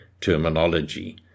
terminology